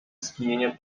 skinienie